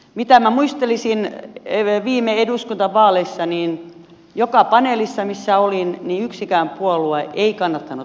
mitä minä muistelisin niin viime eduskuntavaaleissa joka paneelissa missä olin yksikään puolue ei kannattanut pakkoliitoksia